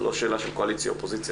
זו לא שאלה של קואליציה ואופוזיציה,